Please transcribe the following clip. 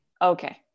okay